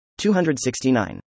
269